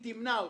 והיא תמנע אותו.